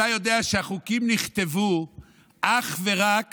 אתה יודע שהחוקים נכתבו אך ורק